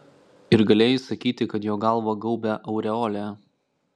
ir galėjai sakyti kad jo galvą gaubia aureolė